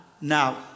now